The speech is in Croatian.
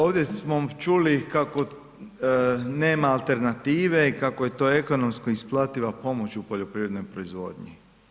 Ovdje smo čuli kako nema alternative i kako je to ekonomsko isplativa pomoć u poljoprivrednoj proizvodnji.